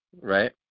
right